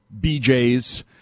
BJ's